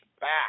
back